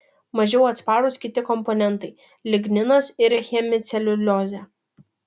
mažiau atsparūs kiti komponentai ligninas ir hemiceliuliozė